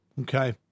Okay